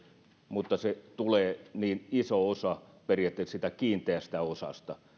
mutta niin iso osa tulee periaatteessa siitä kiinteästä osasta